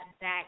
back